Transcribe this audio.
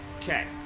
Okay